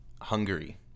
Hungary